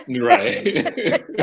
right